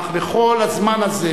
אך בכל הזמן הזה,